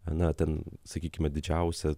ana ten sakykime didžiausia